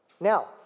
Now